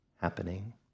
happening